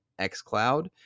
xCloud